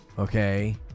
Okay